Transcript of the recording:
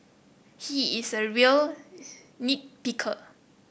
he is a real nit picker